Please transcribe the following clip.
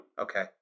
Okay